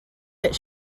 that